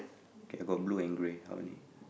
okay I got blue and grey how many